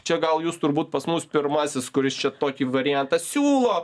čia gal jūs turbūt pas mus pirmasis kuris čia tokį variantą siūlo